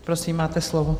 Prosím, máte slovo.